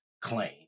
claim